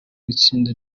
itsinda